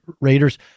Raiders